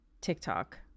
tiktok